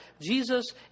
Jesus